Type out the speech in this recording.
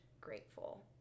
grateful